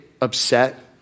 upset